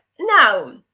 Now